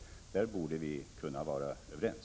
I fråga om detta borde vi kunna vara överens.